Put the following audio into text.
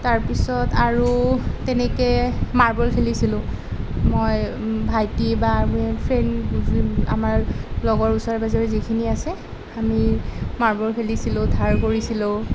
তাৰপিছত আৰু তেনেকে মাৰ্বল খেলিছিলোঁ মই ভাইটি বা আমি ফ্ৰেণ্ড আমাৰ লগৰ ওচৰে পাঁজৰে যিখিনি আছে আমি মাৰ্বল খেলিছিলোঁ ধাৰ কৰিছিলোঁ